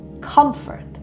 comfort